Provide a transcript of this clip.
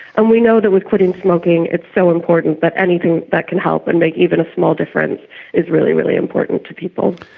and we know that with quitting smoking it's so important that but anything that can help and make even a small difference is really, really important to people.